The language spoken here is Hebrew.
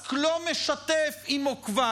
מאסק לא משתף את עוקביו